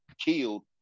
killed